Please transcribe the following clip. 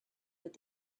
with